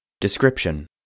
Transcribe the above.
Description